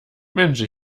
mensch